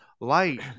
light